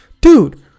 Dude